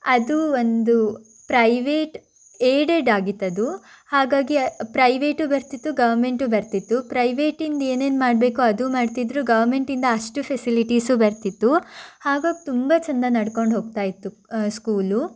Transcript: ಅದು ಒಂದು private aided ಆಗಿತ್ತದು ಹಾಗಾಗಿ ಪ್ರೈವೇಟು ಬರ್ತಿತ್ತು ಗವರ್ನ್ಮೆಂಟು ಬರ್ತಿತ್ತು ಪ್ರೈವೇಟಿಂದ ಏನೇನು ಮಾಡಬೇಕೊ ಅದು ಮಾಡ್ತಿದ್ರು ಗವರ್ನ್ಮೆಂಟಿಂದ ಅಷ್ಟು ಫೆಸಿಲಿಟೀಸೂ ಬರ್ತಿತ್ತು ಹಾಗಾಗಿ ತುಂಬ ಚಂದ ನಡ್ಕೊಂಡು ಹೋಗ್ತಾ ಇತ್ತು ಸ್ಕೂಲು